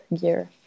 gear